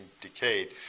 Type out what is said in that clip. decayed